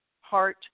heart